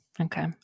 Okay